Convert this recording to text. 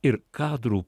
ir kadrų